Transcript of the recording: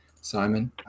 simon